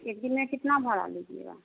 एक दिन में कितना भाड़ा लीजिएगा